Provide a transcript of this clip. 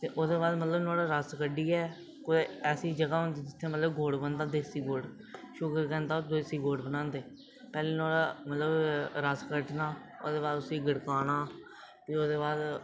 ते ओह्दे बाद मतलब नुआढ़ा रस कड्ढियै कुतै ऐसी जगह् होंदी जित्थै मतलब गुड़ बनदा देसी गुड़ शुगरकेन दा ओह् देसी गुड़ बनांदे पैह्लें नुआढ़ा मतलब रस कड्ढना ओह्दे बाद फ्ही उसी गड़काना फ्ही ओह्दे बाद